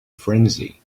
frenzy